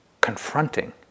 confronting